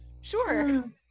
Sure